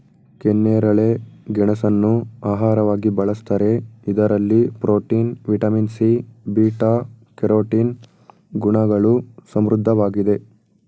ಕೆನ್ನೇರಳೆ ಗೆಣಸನ್ನು ಆಹಾರವಾಗಿ ಬಳ್ಸತ್ತರೆ ಇದರಲ್ಲಿ protein, vitamin C, beta carotene ಗುಣಗಳು ಸಮೃದ್ಧವಾಗಿದೆ